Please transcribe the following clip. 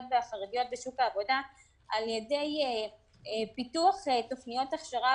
והחרדיות בשוק העבודה על ידי פיתוח תכניות הכשרה